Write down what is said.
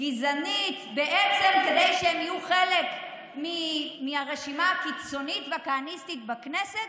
גזענית כדי שהם יהיו חלק מהרשימה הקיצונית והכהניסטית בכנסת,